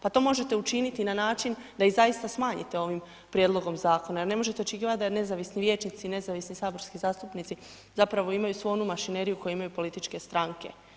Pa to možete učiniti na način da ih zaista smanjite ovim prijedlogom zakona jer ne možete očekivati da nezavisni vijećnici i nezavisni saborski zastupnici zapravo imaju svu onu mašineriju koju imaju političke stranke.